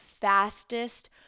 fastest